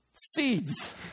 seeds